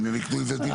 אם הם יקנו עם זה דירה.